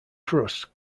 crust